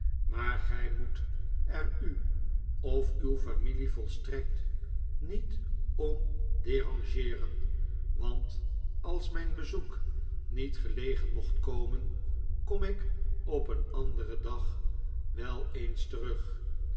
maar gij moet er u of uw familie volstrekt niet om derangeeren want als mijn bezoek niet gelegen mocht komen kom ik op een anderen dag wel eens terug